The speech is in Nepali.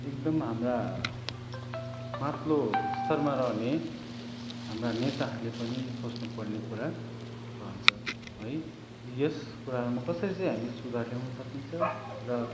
एकदम हाम्रा माथिल्लो स्तरमा रहने हाम्रा नेताहरूले पनि सोच्नुपर्ने कुरा रहन्छ है यस कुराहरूमा कसरी चाहिँ हामी सुधार ल्याँउन सकिन्छ र